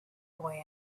boy